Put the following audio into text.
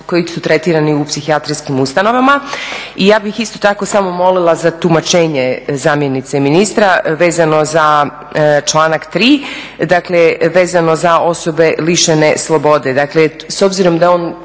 koji su tretirani u psihijatrijskim ustanovama i ja bih isto tako samo molila za tumačenje zamjenice ministra vezano za članak 3., dakle vezano za osobe lišene slobode.